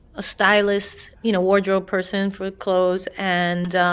a stylist you know, wardrobe person for the clothes and.